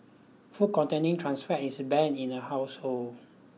food containing trans fat is banned in the household